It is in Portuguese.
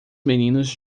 meninos